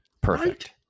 perfect